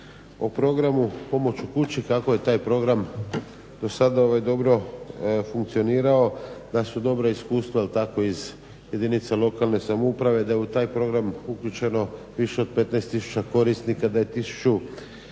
o programu pomoć u kući kako je taj program do sada dobro funkcionirao, da su dobra iskustva jel tako iz jedinica lokalne samouprave. Da je u taj program uključeno više od 15 tisuća korisnika, da je tisuću